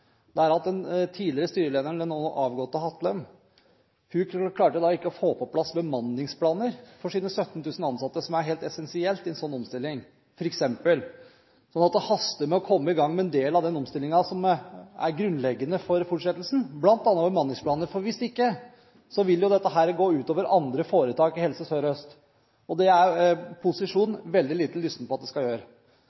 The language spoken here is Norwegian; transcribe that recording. meg, er at den tidligere styrelederen, den nå avgåtte Hatlen, f.eks. ikke klarte å få på plass bemanningsplaner for sine 17 000 ansatte, noe som er helt essensielt i en sånn omstilling. Så det haster med å komme i gang med en del av den omstillingen som er grunnleggende for fortsettelsen, bl.a. bemanningsplanene. Hvis ikke vil dette gå ut over andre foretak i Helse Sør-Øst. Det er posisjonen